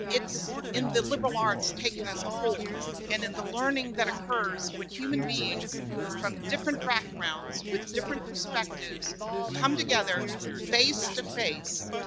it's in the liberal arts taken as a whole and in the learning that occurs, when human beings from different backgrounds, with different perspectives come together, face to face,